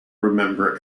remember